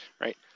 right